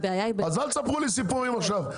אז אל תספרו לי סיפורים עכשיו,